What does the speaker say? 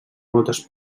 moltes